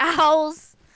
Owls